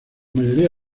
mayoría